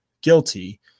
guilty